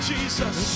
Jesus